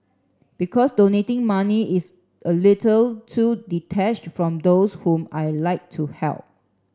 because donating money is a little too detached from those whom I'd like to help